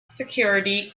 security